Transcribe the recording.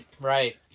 Right